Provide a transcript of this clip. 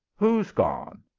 who s gone?